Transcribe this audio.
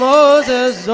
Moses